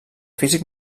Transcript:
físic